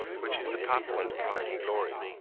which is the papuan's pride and glory.